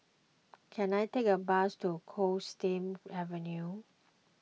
can I take a bus to Coldstream Avenue